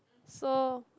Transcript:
so